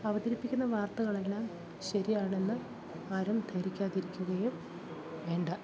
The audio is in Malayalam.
അവതരിപ്പിക്കുന്ന വാർത്തകളെല്ലാം ശരിയാണെന്ന് ആരും ധരിക്കാതിരിക്കുകയും വേണ്ട